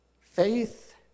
faith